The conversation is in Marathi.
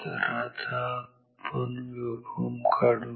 तर आता आपण वेव्हफॉर्म काढू